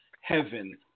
heaven